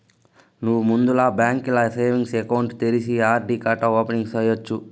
నువ్వు ముందల బాంకీల సేవింగ్స్ ఎకౌంటు తెరిస్తే ఆర్.డి కాతా ఓపెనింగ్ సేయచ్చు